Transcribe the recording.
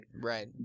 Right